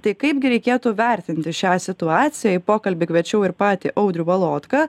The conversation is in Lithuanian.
tai kaipgi reikėtų vertinti šią situaciją į pokalbį kviečiau ir patį audrių valotką